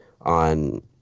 on